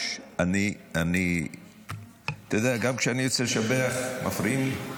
--- אתה יודע, גם כשאני רוצה לשבח, מפריעים לי?